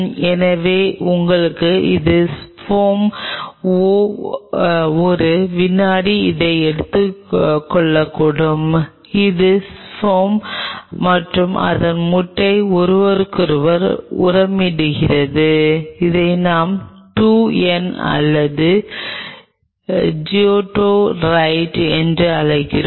எனவே உங்களிடம் இது ஸ்பெர்ம் ஓ ஒரு வினாடி இதை எடுத்துக் கொள்ளட்டும் இது ஸ்பெர்ம் மற்றும் இந்த முட்டை ஒருவருக்கொருவர் உரமிடுகிறது இதை நாம் 2 n அல்லது ஜிகோட் ரைட் என்று அழைக்கிறோம்